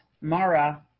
Mara